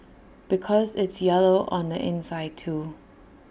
because it's yellow on the inside too